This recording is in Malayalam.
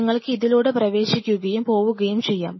നിങ്ങൾക്ക് ഇതിലൂടെ പ്രവേശിക്കുകയും പോവുകയും ചെയ്യാം